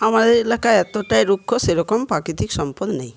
আমাদের এলাকা এতটাই রুক্ষ সেরকম প্রাকৃতিক সম্পদ নেই